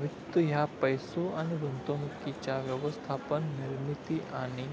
वित्त ह्या पैसो आणि गुंतवणुकीच्या व्यवस्थापन, निर्मिती आणि